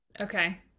Okay